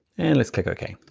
and let's click ok.